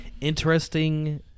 interesting